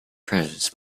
treasures